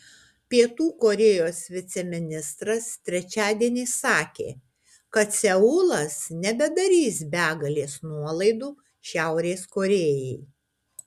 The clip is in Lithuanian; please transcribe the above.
pietų korėjos viceministras trečiadienį sakė kad seulas nebedarys begalės nuolaidų šiaurės korėjai